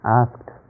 asked